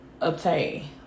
obtain